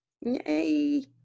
Yay